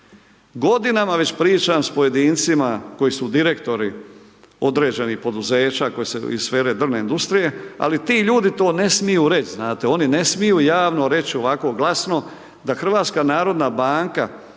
Godinama već pričam s pojedincima koji su direktori određenih poduzeća iz sfere drvne industrije, ali ti ljudi to ne smiju reći, znate oni ne smiju javno reći ovako glasno da Hrvatska narodna banka